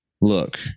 look